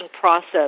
process